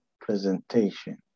presentation